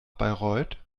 bayreuth